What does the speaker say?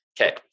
Okay